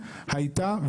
הייתה,